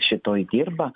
šitoj dirba